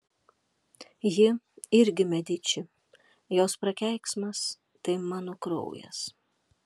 ji irgi mediči jos prakeiksmas tai mano kraujas